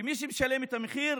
ומי שמשלם את המחיר